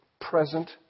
present